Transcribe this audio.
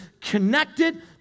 connected